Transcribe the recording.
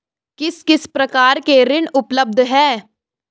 किस किस प्रकार के ऋण उपलब्ध हैं?